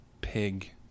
pig